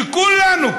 שכולנו,